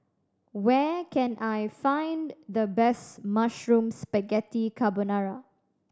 where can I find the best Mushroom Spaghetti Carbonara